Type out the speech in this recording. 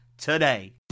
today